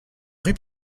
rue